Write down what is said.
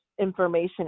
information